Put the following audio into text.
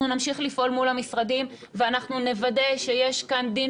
אנחנו נמשיך לפעול מול המשרדים ואנחנו נוודא שיש כאן דין